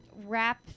rap